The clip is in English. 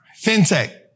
FinTech